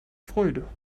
freude